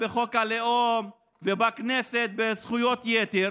בחוק הלאום ובכנסת בזכויות יתר